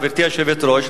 גברתי היושבת-ראש,